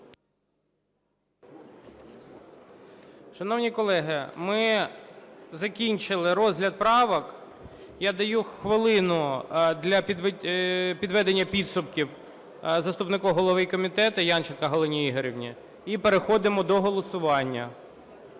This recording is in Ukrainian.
Шановні колеги, ми закінчили розгляд правок. Я даю хвилину для підведення підсумків заступнику голови комітету Янченко Галині Ігорівні. І переходимо до голосування.